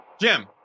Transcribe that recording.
Jim